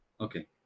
Okay